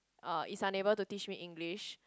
uh is unable to teach me English